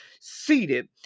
seated